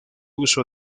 uso